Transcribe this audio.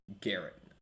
Garrett